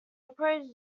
operated